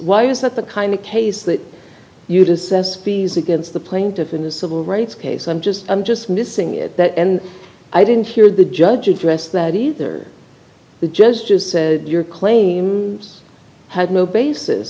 why is that the kind of case that you do says against the plaintiff in the civil rights case i'm just i'm just missing it and i didn't hear the judge address that either the judge just said your claims had no basis